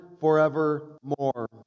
forevermore